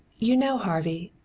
you know, harvey,